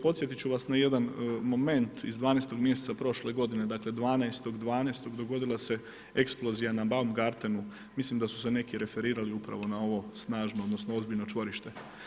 Podsjetit ću vas na jedan moment iz 12. mjeseca prošle godine, dakle 12.12. dogodila se eksplozija na ... gartenu, mislim da su se neki referirali upravo na ovo snažno odnosno ozbiljno čvorište.